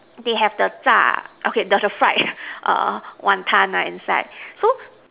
they have the fried Wan ton inside